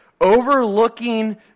overlooking